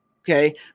Okay